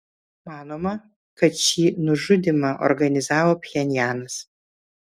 manoma kad šį nužudymą organizavo pchenjanas